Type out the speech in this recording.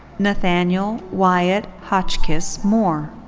nathaniel wyatt hotchkiss moore.